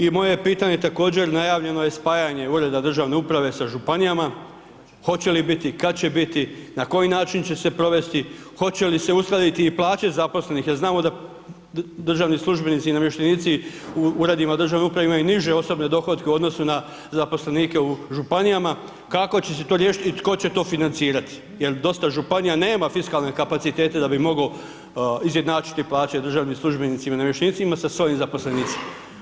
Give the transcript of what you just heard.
I moje je pitanje također, najavljeno je spajanje ureda državne uprave sa županijama, hoće li biti, kad će biti, na koji način će se provesti, hoće li se uskladiti i plaće zaposlenih jer znamo da državni službenici i namještenici u uredima državne uprave imaju niže osobne dohotke u odnosu na zaposlenike u županijama, kako će se to riješiti i tko će to financirati, jer dosta županija nema fiskalne kapacitete da bi mogo izjednačiti plaće državnim službenicima i namještenicima sa svojim zaposlenicima.